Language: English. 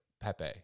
Pepe